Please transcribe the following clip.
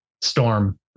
Storm